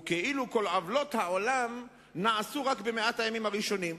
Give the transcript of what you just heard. וכאילו כל עוולות העולם נעשו רק ב-100 הימים הראשונים.